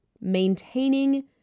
maintaining